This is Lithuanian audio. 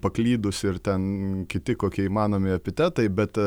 paklydusi ir ten kiti kokie įmanomi epitetai bet